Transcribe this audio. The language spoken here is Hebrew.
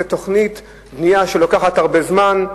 זו תוכנית בנייה שלוקחת הרבה זמן.